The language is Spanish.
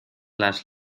las